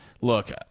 look